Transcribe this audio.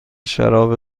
شراب